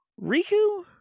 Riku